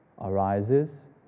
arises